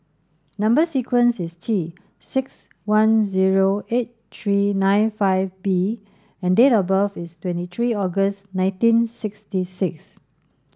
number sequence is T six one zero eight three nine five B and date of birth is twenty three August nineteen sixty six